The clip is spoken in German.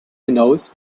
hinaus